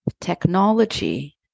technology